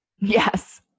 Yes